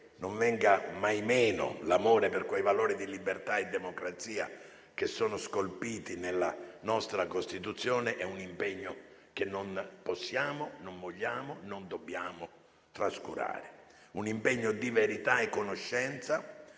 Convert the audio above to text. non venga mai meno l'amore per quei valori di libertà e democrazia che sono scolpiti nella nostra Costituzione è un impegno che non possiamo, non vogliamo e non dobbiamo trascurare. Un impegno di verità e conoscenza